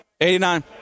89